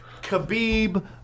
Khabib